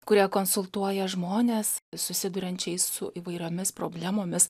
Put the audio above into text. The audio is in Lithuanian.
kurie konsultuoja žmones susiduriančiais su įvairiomis problemomis